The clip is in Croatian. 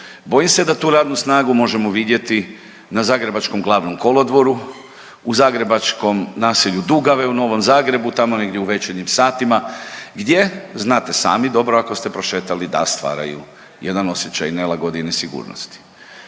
Bojim se da tu radnu snagu možemo vidjeti na zagrebačkom Glavnom kolodvoru, u zagrebačkom naselju Dugave u Novom Zagrebu tamo negdje u večernjim satima gdje znate sami dobro ako ste prošetali da stvaraju jedan osjećaj nelagode i nesigurnosti.